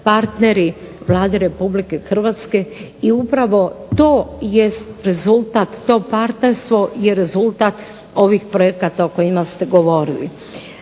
partneri Vlade Republike Hrvatske i upravo to jest rezultat, to partnerstvo je rezultat ovih projekata o kojima ste govorili.